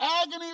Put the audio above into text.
agony